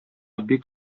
бик